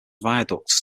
viaducts